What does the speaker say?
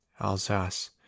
Alsace